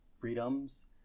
freedoms